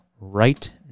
right